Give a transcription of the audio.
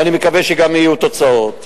ואני מקווה שגם יהיו תוצאות.